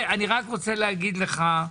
אני רק רוצה להגיד לך,